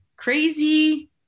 crazy